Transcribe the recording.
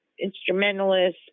instrumentalists